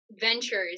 ventures